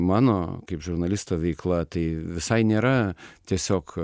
mano kaip žurnalisto veikla tai visai nėra tiesiog